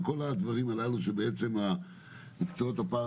בכל הדברים הללו שבעצם המקצועות הפרה